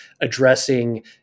addressing